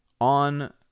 on